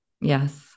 Yes